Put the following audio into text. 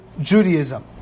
Judaism